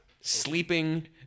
Sleeping